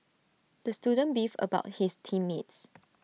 the student beefed about his team mates